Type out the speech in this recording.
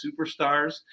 superstars